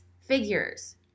figures